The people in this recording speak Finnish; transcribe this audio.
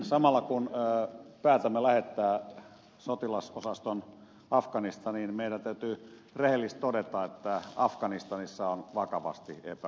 samalla kun päätämme lähettää sotilasosaston afganistaniin niin meidän täytyy rehellisesti todeta että afganistanissa on vakavasti epäonnistuttu